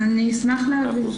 אני אשמח להעביר.